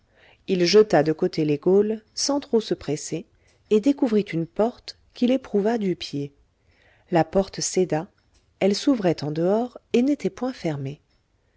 il jeta de côté les gaules sans trop se presser et découvrit une porte qu'il éprouva du pied la porte céda elle s'ouvrait en dehors et n'était point fermée